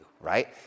right